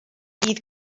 fydd